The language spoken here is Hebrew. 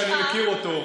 שאני מכיר אותו,